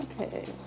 Okay